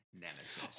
Nemesis